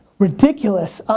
ridiculous.